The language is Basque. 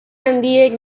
handiek